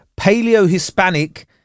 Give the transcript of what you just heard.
paleo-hispanic